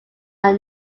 are